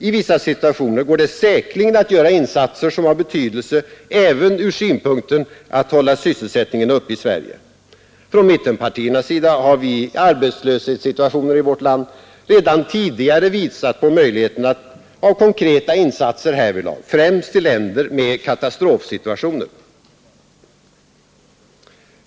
I vissa situationer går det säkerligen att göra insatser som har betydelse även ur synpunkten att vi skall hålla sysselsättningen uppe i Sverige. Från mittenpartiernas sida har vi i arbetslöshetssituationer i vårt land redan tidigare visat på möjligheterna av konkreta insatser härvidlag, främst till länder med katastrofsituationer.